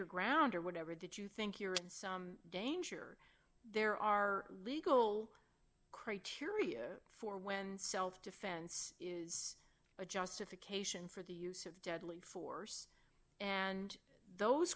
your ground or whatever that you think you're in some danger there are legal criteria for when self defense is a justification for the use of deadly force and those